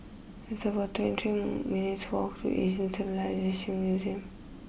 it's about twenty three minutes' walk to Asian Museum